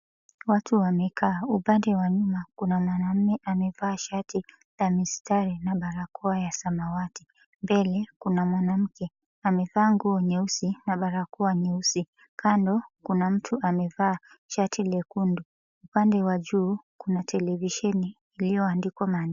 Watu wamekaa, upande wa nyuma kuna mwanaume amevaa shati la mistari na barakoa ya samawati. Mbele kuna mwanamke, amevaa nguo nyeusi na barakoa nyeusi. Kando kuna mtu amevaa shati lekundu. Upande wa juu, kuna televisheni iliyoandikwa maandishi.